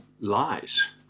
lies